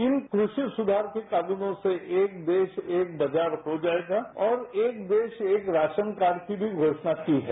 इन कृषि सुधार के कानूनों से एक देश एक बाजार हो जाएगा और एक देश एक राशन कार्ड की भी घोषणा की है